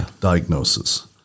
diagnosis